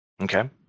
Okay